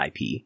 IP